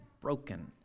broken